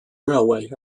railway